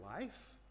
life